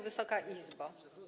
Wysoka Izbo!